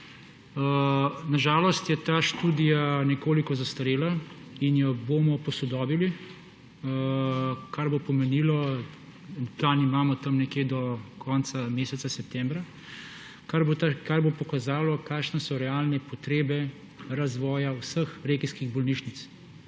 Na žalost je ta študija nekoliko zastarela in jo bomo posodobili, plan imamo nekje do konca meseca septembra, kar bo pokazalo, kakšne so realne potrebe razvoja vseh regijskih bolnišnic